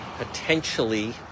potentially